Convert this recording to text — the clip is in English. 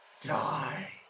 die